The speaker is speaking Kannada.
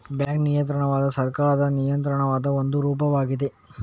ಬ್ಯಾಂಕ್ ನಿಯಂತ್ರಣವು ಸರ್ಕಾರದ ನಿಯಂತ್ರಣದ ಒಂದು ರೂಪವಾಗಿದೆ